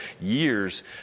years